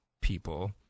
people